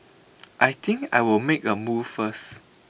I think I'll make A move first